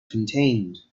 contained